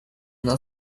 not